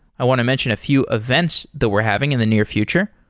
i want to mention a few events that we're having in the near future.